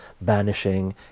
banishing